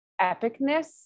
epicness